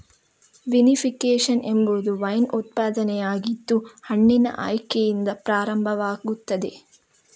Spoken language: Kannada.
ವಿನಿಫಿಕೇಶನ್ ಎಂಬುದು ವೈನ್ ಉತ್ಪಾದನೆಯಾಗಿದ್ದು ಹಣ್ಣಿನ ಆಯ್ಕೆಯಿಂದ ಪ್ರಾರಂಭವಾಗುತ್ತದೆ